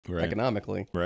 economically